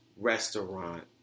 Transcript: restaurant